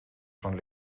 von